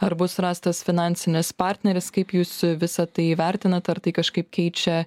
ar bus rastas finansinis partneris kaip jūs visa tai vertinat ar tai kažkaip keičia